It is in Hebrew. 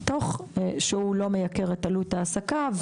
תוך שהוא לא מייקר את עלות ההעסקה.